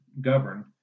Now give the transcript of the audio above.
govern